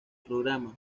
programa